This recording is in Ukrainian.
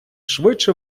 швидше